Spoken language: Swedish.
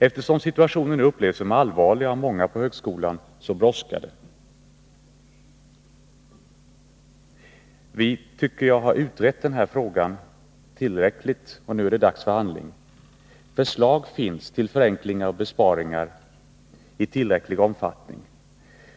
Eftersom situationen nu upplevs som allvarlig av många på högskolan så brådskar det. Vi har, tycker jag, utrett den här frågan tillräckligt, och nu är det dags för handling. Förslag finns till förenklingar och besparingar i tillräcklig omfattning.